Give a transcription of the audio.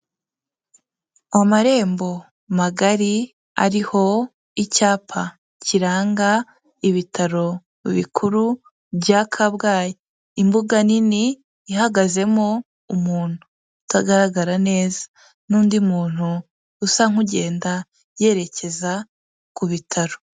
Amarembo magari ariho icyapa kiranga ibitaro bikuru bya Kabgayi, imbuga nini ihagazemo umuntu utagaragara neza n'undi muntu usa nk'ugenda yerekeza ku bitaro.